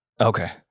Okay